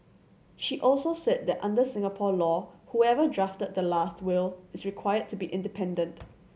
she also said that under Singapore law whoever drafted the last will is required to be independent